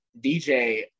DJ